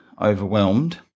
overwhelmed